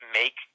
make